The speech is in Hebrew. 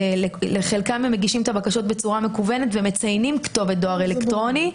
חלקם מגישים את הבקשות בצורה מקוונת ומציינים כתובת דואר אלקטרוני.